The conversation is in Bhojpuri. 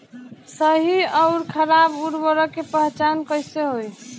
सही अउर खराब उर्बरक के पहचान कैसे होई?